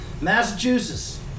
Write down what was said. Massachusetts